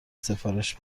سفارش